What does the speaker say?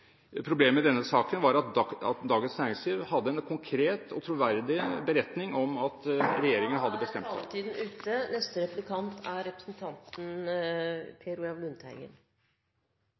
Problemet i denne saken var at Dagens Næringsliv hadde en konkret og troverdig beretning om at regjeringen hadde bestemt seg. Representanten